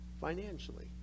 financially